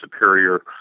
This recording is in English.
superior